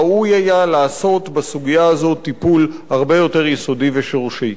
ראוי היה לעשות בסוגיה הזאת טיפול הרבה יותר יסודי ושורשי.